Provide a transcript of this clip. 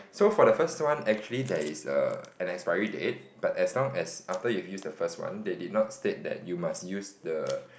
so for the first one actually there's a an expiry date but as long as after you've used the first one they did not state that you must use the